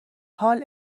حاال